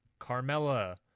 carmella